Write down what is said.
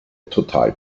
total